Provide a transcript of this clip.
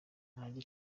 ntajya